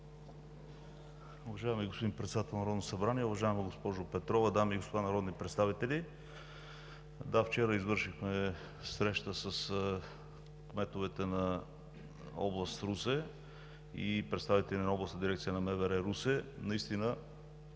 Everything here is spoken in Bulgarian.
Уважаеми господин Председател на Народното събрание! Уважаема госпожо Петрова, дами и господа народни представители! Да, вчера проведохме среща с кметовете на област Русе и представители на Областна дирекция на МВР – Русе. Наистина